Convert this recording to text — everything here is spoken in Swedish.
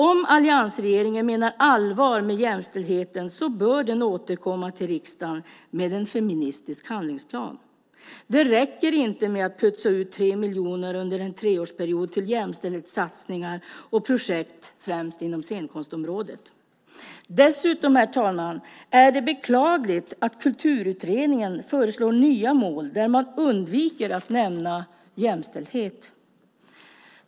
Om alliansregeringen menar allvar med jämställdheten bör den återkomma till riksdagen med en feministisk handlingsplan. Det räcker inte med att pytsa ut 3 miljoner under en treårsperiod till jämställdhetssatsningar och projekt främst inom scenkonstområdet. Dessutom, herr talman, är det beklagligt att Kulturutredningen föreslår nya mål där man undviker att nämna jämställdhet.